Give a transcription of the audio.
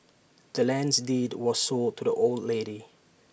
the land's deed was sold to the old lady